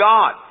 God